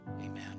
Amen